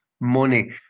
money